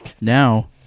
Now